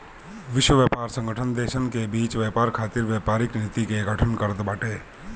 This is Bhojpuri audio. विश्व व्यापार संगठन देसन के बीच व्यापार खातिर व्यापारिक नीति के गठन करत बाटे